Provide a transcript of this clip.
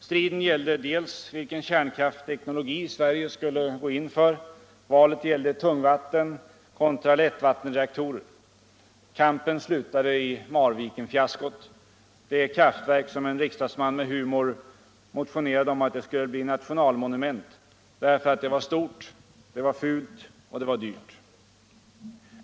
Striden gällde bl.a. vilken kärnkraftsteknologi Sverige skulle gå in för. Valet gällde tungvattenkontra lättvattenreaktorer. Kampen slutade i Marvikenfiaskot, det kraftverk som en riksdagsman med humor motionerade om och föreslog att det skulle bli ett nationalmonument, därför att det var stort, det var fult och det var dyrt.